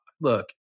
look